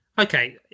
Okay